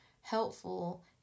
helpful